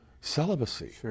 celibacy